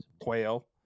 quail